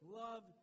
love